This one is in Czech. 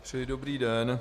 Přeji dobrý den.